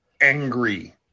angry